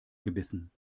gebissen